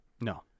no